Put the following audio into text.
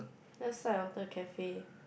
left side of the cafe